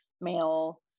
male